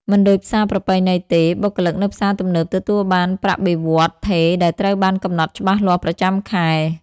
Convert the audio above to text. មិនដូចផ្សារប្រពៃណីទេ បុគ្គលិកនៅផ្សារទំនើបទទួលបានប្រាក់បៀវត្សរ៍ថេរដែលត្រូវបានកំណត់ច្បាស់លាស់ប្រចាំខែ។